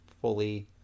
fully